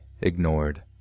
ignored